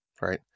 right